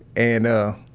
and, ah,